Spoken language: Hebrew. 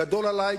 גדול עלי,